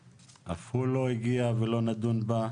אף הוא לא הגיע ולא נדון בה.